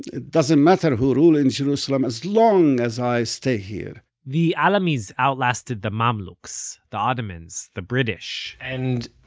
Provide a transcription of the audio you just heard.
it doesn't matter who rule in jerusalem as long as i stay here the alamis outlasted the mamluks, the ottomans, the british and,